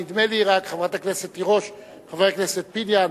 נדמה לי רק, חברת הכנסת תירוש, חבר הכנסת פיניאן,